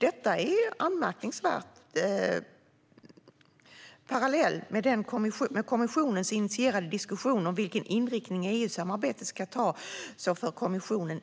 Det är något anmärkningsvärt att kommissionen, parallellt med sin initierade diskussion om vilken inriktning EU-samarbetet ska ta, för